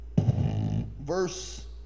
verse